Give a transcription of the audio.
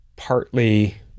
Partly